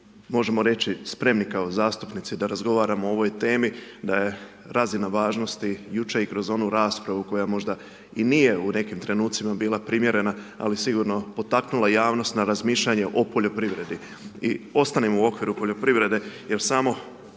možemo reći, spremni kao zastupnici da razgovaramo o ovoj temi, da je razina važnosti, jučer i kroz onu raspravu koja možda i nije u nekim trenucima nije bila primjerena, ali sigurno potaknula javnost na razmišljanje o poljoprivredi. I ostanimo u okviru poljoprivrede, jer samo